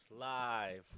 live